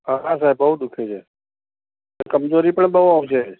હા સર બહુ દુઃખે છે કમજોરી પણ બહુ આવી જાય